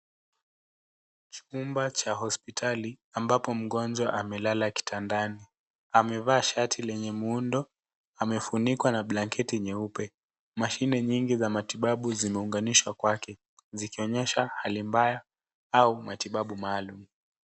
Chumba cha hospitali ambapo mgonjwa amelala kitandani. Amevaa shati lenye muundo. Amefunikwa na blanketi nyeupe. Mashine nyingi za matibabu zimeunganishwa kwake zikionyesha hali mbaya au matibabu maalum.